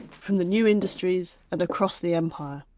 from the new industries and across the empire.